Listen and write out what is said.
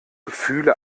gefühle